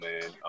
man